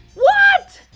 what!